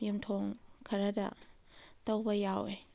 ꯌꯨꯝꯊꯣꯡ ꯈꯔꯗ ꯇꯧꯕ ꯌꯥꯎꯏ